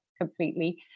completely